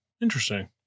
Interesting